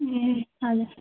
ए हजुर